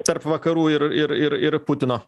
tarp vakarų ir ir ir ir putino